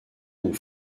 aux